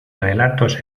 relatos